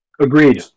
Agreed